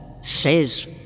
Says